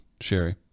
Sherry